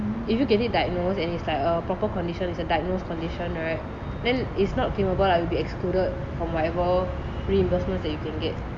if you get it diagnose and it's like a proper condition it's a diagnosed condition right then it's not claimable lah it will be excluded from whatever reimbursements that you can get